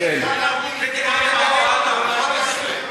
ערבות ממשלתית.